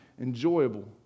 enjoyable